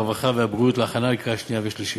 הרווחה והבריאות להכנה לקריאה שנייה ושלישית.